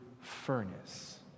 furnace